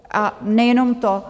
A nejenom to.